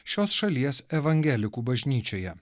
šios šalies evangelikų bažnyčioje